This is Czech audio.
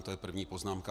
To je první poznámka.